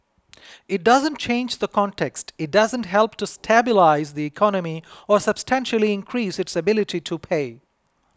it doesn't change the context it doesn't help to stabilise the economy or substantially increase its ability to pay